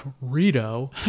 Rito